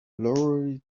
lowered